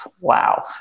wow